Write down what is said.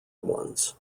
ones